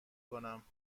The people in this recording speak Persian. کنم